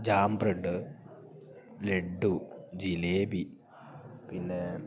jam bread laddu jalebi പിന്നെ